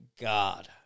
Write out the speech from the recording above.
God